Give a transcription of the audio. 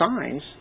signs